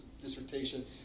dissertation